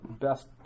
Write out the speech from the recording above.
best